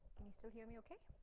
can you still hear me okay?